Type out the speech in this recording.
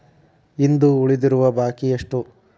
ಇಂದು ಉಳಿದಿರುವ ಬಾಕಿ ಎಷ್ಟು?